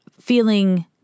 feeling